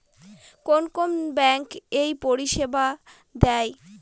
কোন কোন ব্যাঙ্ক এই পরিষেবা দেয়?